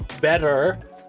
better